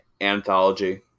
anthology